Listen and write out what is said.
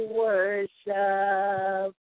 worship